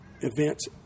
events